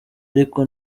ariko